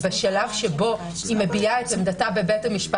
בשלב שבו היא מביעה את עמדתה בבית המשפט